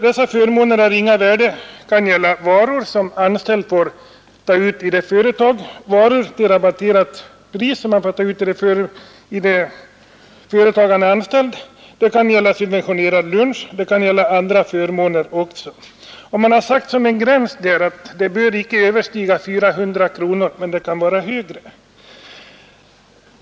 Dessa förmåner av ringa värde kan gälla varor till rabatterat pris som anställd får ta ut i det företag där han arbetar, de kan gälla subventionerad lunch osv. Man har angivit som en gräns att värdet icke bör överstiga 400 kronor, men det kan vara högre.